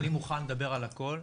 אני מוכן לדבר על הכל,